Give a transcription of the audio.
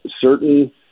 certain